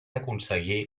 aconseguir